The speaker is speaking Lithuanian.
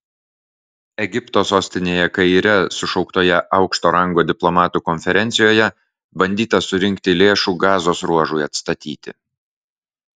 egipto sostinėje kaire sušauktoje aukšto rango diplomatų konferencijoje bandyta surinkti lėšų gazos ruožui atstatyti